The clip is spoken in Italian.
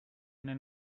nel